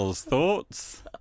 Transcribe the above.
thoughts